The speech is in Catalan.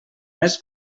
més